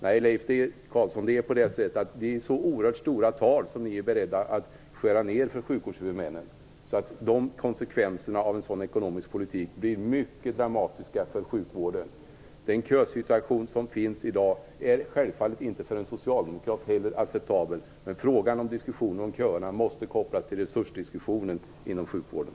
Nej, Leif Carlson, det är oerhört stora summor ni är beredda att ta från sjukvårdshuvudmännen, och konsekvenserna av en sådan ekonomisk politik blir mycket dramatiska för sjukvården. Den kösituation som finns i dag är självfallet inte acceptabel för en socialdemokrat heller. Men diskussionen om köerna måste kopplas till diskussionen om resurserna inom sjukvården.